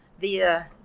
via